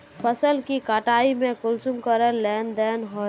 फसल के कटाई में कुंसम करे लेन देन होए?